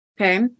okay